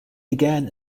began